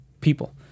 people